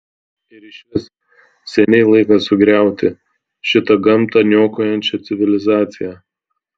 ir išvis seniai laikas sugriauti šitą gamtą niokojančią civilizaciją